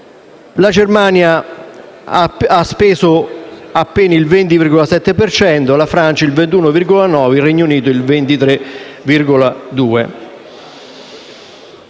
la Germania ha speso appena il 20,7 per cento, la Francia il 21,9 e il Regno Unito il 23,2.